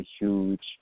huge